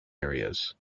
areas